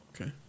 Okay